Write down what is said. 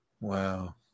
wow